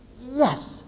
Yes